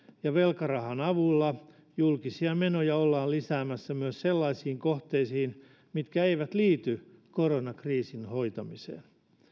ja velkarahan avulla julkisia menoja ollaan lisäämässä myös sellaisiin kohteisiin mitkä eivät liity koronakriisin hoitamiseen